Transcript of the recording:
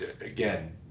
again